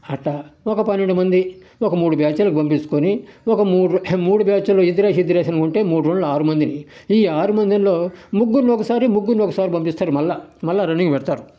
అట్టా ఒక పన్నెండు మంది ఒక మూడు బ్యాచులుగా తీసుకొని ఒక మూడు మూడు బ్యాచ్లు ఇద్దరేసి ఇద్దరేసి అని అంటే మూడు రెండ్ల ఆరు మందిని ఈ ఆరు మందిలో ముగ్గురుని ఒకసారి ముగ్గురిని ఒకసారి పంపిస్తారు మళ్ళా మళ్ళా రన్నింగ్ పెడతారు